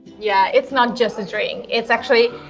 yeah, it's not just a drink. it's actually,